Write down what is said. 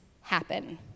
happen